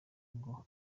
ngo